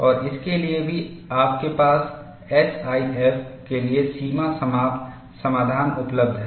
और इसके लिए भी आपके पास एसआईएफ के लिए सीमा समाप्त समाधान उपलब्ध है